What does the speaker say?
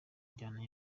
njyana